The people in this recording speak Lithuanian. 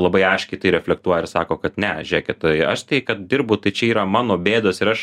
labai aiškiai tai reflektuoja ir sako kad ne žiūrėkit tai aš tai kad dirbu tai čia yra mano bėdos ir aš